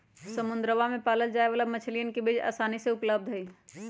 समुद्रवा में पाल्ल जाये वाला मछलीयन के बीज आसानी से उपलब्ध हई